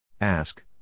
Ask